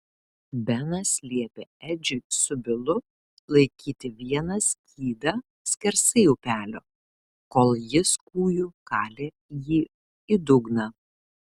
benas liepė edžiui su bilu laikyti vieną skydą skersai upelio kol jis kūju kalė jį į dugną